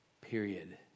period